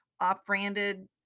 off-branded